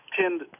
tend